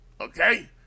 Okay